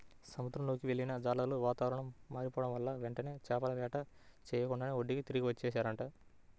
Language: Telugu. సముద్రంలోకి వెళ్ళిన జాలర్లు వాతావరణం మారిపోడం వల్ల వెంటనే చేపల వేట చెయ్యకుండానే ఒడ్డుకి తిరిగి వచ్చేశారంట